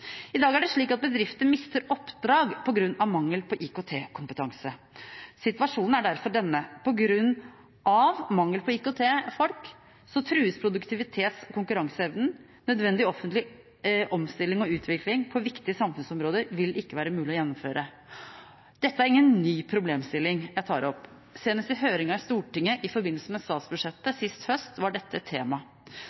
I dag er det slik at bedrifter mister oppdrag på grunn av mangel på IKT-kompetanse. Situasjonen er derfor denne: På grunn av mangel på IKT-folk trues produktivitets- og konkurranseevnen, og nødvendig omstilling og utvikling på viktig samfunnsområder vil ikke være mulig å gjennomføre. Det er ingen ny problemstilling jeg tar opp. Senest i høringen i Stortinget i forbindelse med statsbudsjettet sist høst var dette